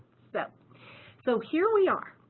so so here we are.